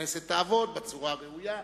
הכנסת תעבוד בצורה הראויה,